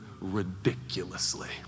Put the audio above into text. ridiculously